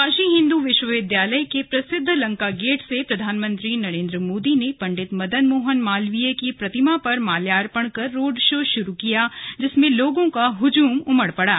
काशी हिंदू विश्वविद्यालय के प्रसिद्ध लंका गेट से प्रधानमंत्री नरेन्द्र मोदी पंडित मदन मोहन मालवीय की प्रतिमा पर माल्यार्पण कर रोड़ शो शुरू किया जिसमें लोगों का हुजूम उमड़ पड़ा